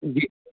جی